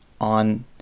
on